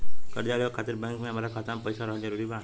कर्जा लेवे खातिर बैंक मे हमरा खाता मे पईसा रहल जरूरी बा?